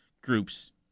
groups